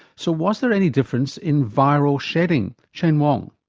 so was there any difference in viral shedding? chen wang.